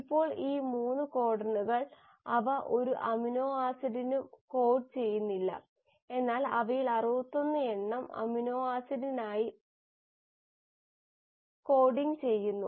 ഇപ്പോൾ ഈ 3 കോഡണുകൾ അവ ഒരു അമിനോ ആസിഡിനും കോഡ് ചെയ്യുന്നില്ല എന്നാൽ അവയിൽ 61 എണ്ണം അമിനോ ആസിഡിനായി കോഡിംഗ് ചെയ്യുന്നു